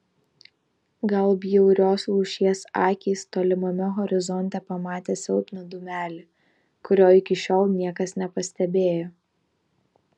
gal bjaurios lūšies akys tolimame horizonte pamatė silpną dūmelį kurio iki šiol niekas nepastebėjo